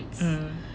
mm